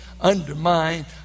undermine